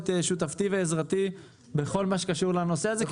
שותפותי ועזרתי בכל מה שקשור לנושא הזה,